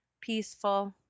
peaceful